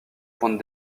point